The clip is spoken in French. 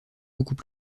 beaucoup